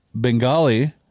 Bengali